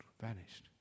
vanished